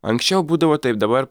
anksčiau būdavo taip dabar